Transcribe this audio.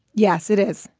yes, it is.